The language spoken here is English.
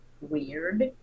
weird